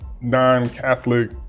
non-Catholic